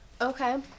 Okay